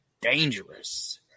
dangerous